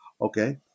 Okay